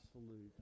absolute